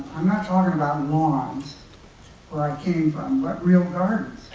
i'm not talking about lawns where i came from, but real gardens.